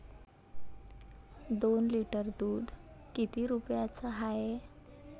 दोन लिटर दुध किती रुप्याचं हाये?